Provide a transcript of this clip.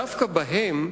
דווקא בהם,